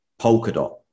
Polkadot